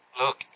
Look